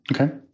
Okay